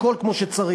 הכול כמו שצריך.